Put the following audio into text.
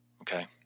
Okay